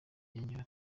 yongeyeho